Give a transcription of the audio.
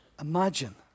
Imagine